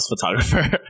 photographer